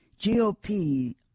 GOP